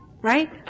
Right